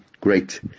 great